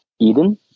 Eden